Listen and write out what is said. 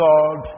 God